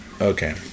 Okay